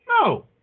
No